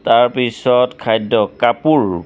তাৰপিছত খাদ্য কাপোৰ